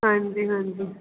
ਹਾਂਜੀ ਹਾਂਜੀ